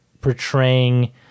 portraying